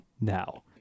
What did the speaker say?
now